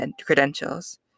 credentials